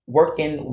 Working